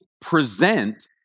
present